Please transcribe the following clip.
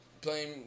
playing